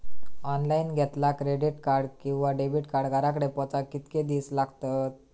Online घेतला credit card किंवा debit card घराकडे पोचाक कितके दिस लागतत?